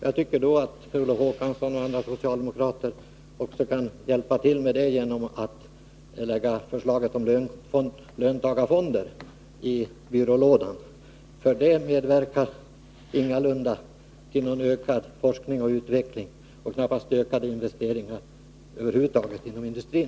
Jag tycker att också Per Olof Håkansson och andra socialdemokrater kan hjälpa till med detta genom att lägga förslaget om löntagarfonder i byrålådan. Det förslaget medverkar ingalunda till någon ökad forskning och utveckling och knappast till ökade investeringar över huvud taget inom industrin.